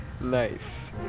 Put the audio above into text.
Nice